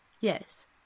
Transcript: Yes